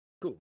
Cool